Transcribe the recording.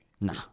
Nah